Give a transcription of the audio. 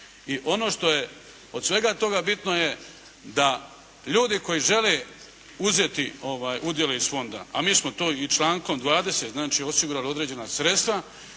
I ono što je od svega toga bitno je da ljudi koji žele uzeti udjele iz fonda a mi smo to i člankom 20. znači osigurali određena sredstva,